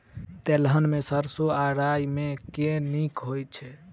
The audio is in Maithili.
तेलहन मे सैरसो आ राई मे केँ नीक होइ छै?